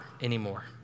anymore